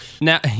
Now